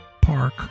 park